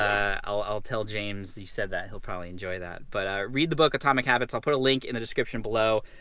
um i'll i'll tell james you've said that. he'll probably enjoy that. but read the book atomic habits. i'll put a link in the description below.